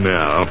now